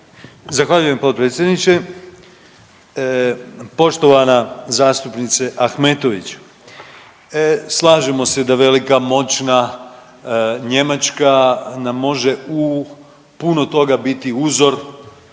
Zahvaljujem potpredsjedniče. Poštovana zastupnice Ahmetović, slažemo se da velika, moćna Njemačka nam može u puno toga biti uzor,